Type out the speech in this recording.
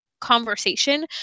conversation